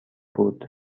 بود